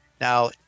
Now